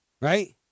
Right